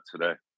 today